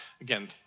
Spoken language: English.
Again